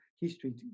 history